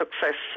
success